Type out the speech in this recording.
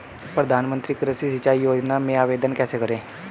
प्रधानमंत्री कृषि सिंचाई योजना में आवेदन कैसे करें?